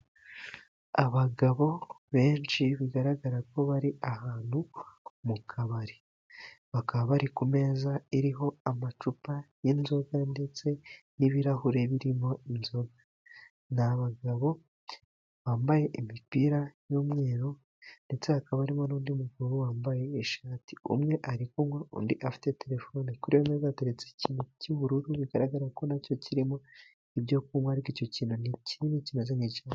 Abagabo benshi bigaragara ko bari ahantu mu kabari, bakaba bari ku meza iriho amacupa y'inzoga ndetse n'ibirahure birimo inzoga. Ni abagabo bambaye imipira y'umweru ndetse hakaba harimo n'undi mugabo wambaye ishati, umwe arikuywa undi afite telefone, ku meza ateretse ikintu cy'ubururu bigaragara ko nacyo kirimo ibyo kunywa, ariko icyo kintu ni kinini kimeze nk'icyuma.